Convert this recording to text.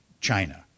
China